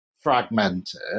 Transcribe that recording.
fragmented